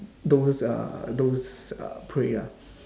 those uh those uh prey ah